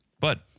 but-